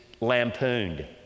lampooned